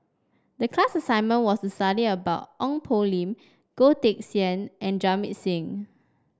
the class assignment was study about Ong Poh Lim Goh Teck Sian and Jamit Singh